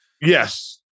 Yes